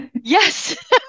Yes